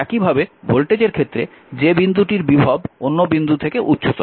একইভাবে ভোল্টেজের ক্ষেত্রে যে বিন্দুটির বিভব অন্য বিন্দু থেকে উচ্চতর